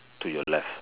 to your left